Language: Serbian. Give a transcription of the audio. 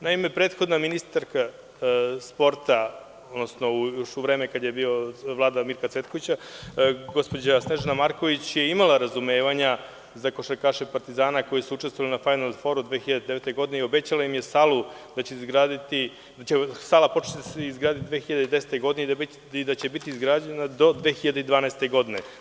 Naime, prethodna ministarka sporta, odnosno još u vreme kada je bila Vlada Mirka Cvetkovića, gospođa Snežana Marković je imala razumevanja za košarkaše „Partizana“ koji su učestvovali na fajnal-foru 2009. godine i obećala je da će sala početi da se izgrađuje 2010. godine i da će biti izgrađena do 2012. godine.